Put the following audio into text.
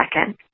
second